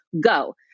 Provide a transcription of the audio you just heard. go